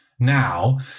Now